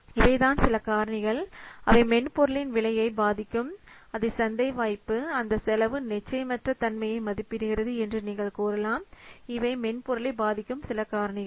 இவைதான் சில காரணிகள் அவை மென்பொருளின் விலையை பாதிக்கும் அது சந்தை வாய்ப்பு இந்த செலவு நிச்சயமற்ற தன்மையை மதிப்பிடுகிறது என்று நீங்கள் கூறலாம் இவை மென்பொருளை பாதிக்கும் சில காரணிகள